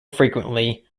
frequently